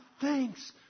thanks